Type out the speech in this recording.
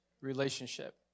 relationship